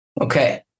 Okay